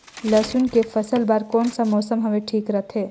लसुन के फसल बार कोन सा मौसम हवे ठीक रथे?